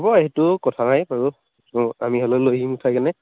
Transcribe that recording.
হ'ব সেইটো কথা নাই বাৰু আমি হ'লেও লৈ আহিব উঠাইকেনে